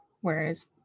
Whereas